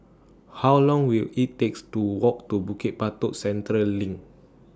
How Long Will IT takes to Walk to Bukit Batok Central LINK